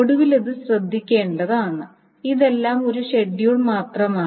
ഒടുവിൽ ഇത് ശ്രദ്ധിക്കേണ്ടതാണ് ഇതെല്ലാം ഒരു ഷെഡ്യൂൾ മാത്രമാണ്